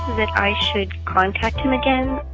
that i should contact him again?